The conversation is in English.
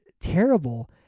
terrible